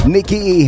Nikki